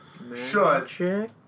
Magic